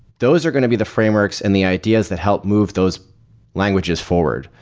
those are going to be the frameworks and the ideas that help move those languages forward.